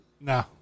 no